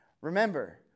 Remember